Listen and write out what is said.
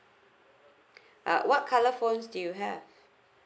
uh what colour phones do you have